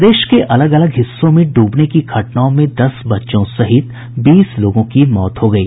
प्रदेश के अलग अलग हिस्सों में डूबने की घटनाओं में दस बच्चों से सहित बीस लोगों की मौत हो गयी